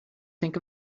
think